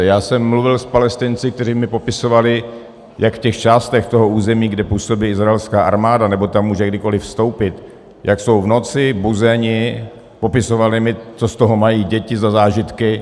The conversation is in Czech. Já jsem mluvil s Palestinci, kteří mi popisovali, jak v těch částech toho území, kde působí izraelská armáda, nebo tam může kdykoliv vstoupit, jak jsou v noci buzeni popisovali mi, co z toho mají děti za zážitky.